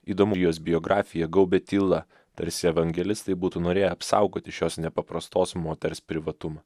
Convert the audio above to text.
įdomu jos biografiją gaubia tyla tarsi evangelistai būtų norėję apsaugoti šios nepaprastos moters privatumą